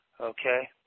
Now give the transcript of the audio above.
okay